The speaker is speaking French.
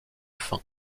fin